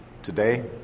Today